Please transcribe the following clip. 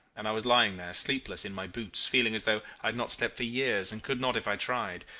and i was lying there sleepless, in my boots, feeling as though i had not slept for years, and could not if i tried.